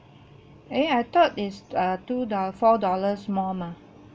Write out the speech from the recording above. eh I thought is uh two do~ four dollars more mah